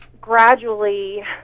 gradually